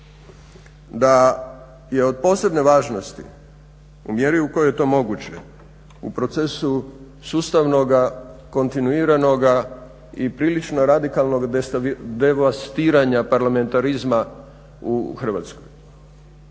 da je od posebne važnosti u mjeri u kojoj je to moguće u procesu sustavnoga kontinuiranoga i prilično radikalnog devastiranja parlamentarizma u Hrvatskoj.